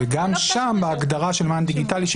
וגם שם בהגדרה של מען דיגיטלי,